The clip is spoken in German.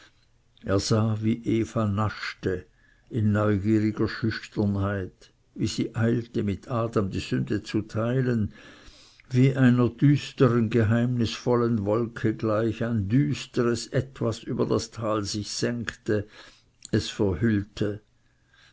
er sah wie eva naschte in neugieriger schüchternheit wie sie eilte mit adam die sünde zu teilen wie einer düstern geheimnisvollen wolke gleich ein düsteres etwas über das tal sich senkte es verhüllte